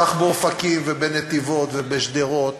כך באופקים ובנתיבות ובשדרות